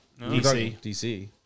DC